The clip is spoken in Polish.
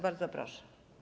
Bardzo proszę.